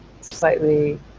slightly